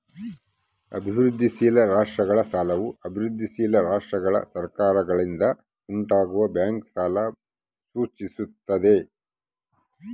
ಅಭಿವೃದ್ಧಿಶೀಲ ರಾಷ್ಟ್ರಗಳ ಸಾಲವು ಅಭಿವೃದ್ಧಿಶೀಲ ರಾಷ್ಟ್ರಗಳ ಸರ್ಕಾರಗಳಿಂದ ಉಂಟಾಗುವ ಬಾಹ್ಯ ಸಾಲ ಸೂಚಿಸ್ತದ